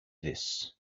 this